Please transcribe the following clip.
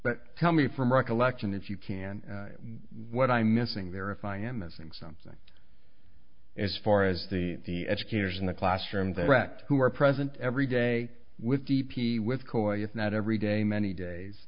but tell me from recollection if you can what i'm missing there or if i am missing something as far as the the educators in the classroom direct who were present every day with d p with co if not every day many days